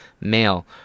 male